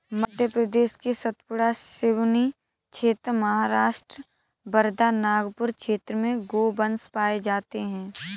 मध्य प्रदेश के सतपुड़ा, सिवनी क्षेत्र, महाराष्ट्र वर्धा, नागपुर क्षेत्र में गोवंश पाये जाते हैं